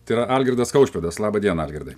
tai yra algirdas kaušpėdas laba diena algirdai